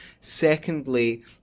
secondly